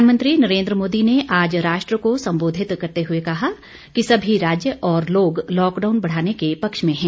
प्रधानमंत्री नरेन्द्र मोदी ने आज राष्ट्र को संबोधित करते हुए कहा कि सभी राज्य और लोग लॉकडाउन बढ़ाने के पक्ष में हैं